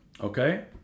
okay